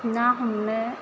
ना हमनो